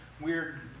weird